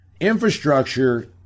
infrastructure